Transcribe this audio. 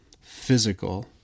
physical